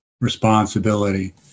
responsibility